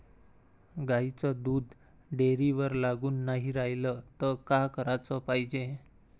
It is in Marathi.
गाईचं दूध डेअरीवर लागून नाई रायलं त का कराच पायजे?